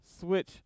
switch